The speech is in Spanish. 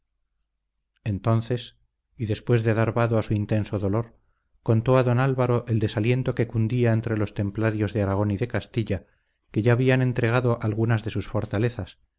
entonces y después de dar vado a su intenso dolor contó a don álvaro el desaliento que cundía entre los templarios de aragón y de castilla que ya habían entregado algunas de sus fortalezas